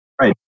right